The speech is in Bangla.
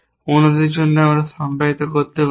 অন্যদের জন্য আমরা সংজ্ঞায়িত করতে পারি